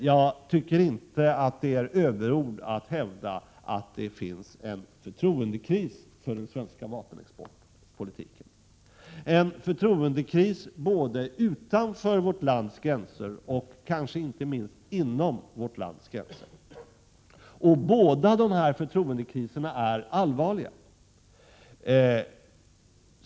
Jag tycker inte att det är överord att hävda att den svenska vapenexportpolitiken genomgår en förtroendekris — både utanför vårt lands gränser och kanske inte minst inom vårt lands gränser. Båda dessa förtroendekriser är allvarliga.